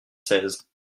seize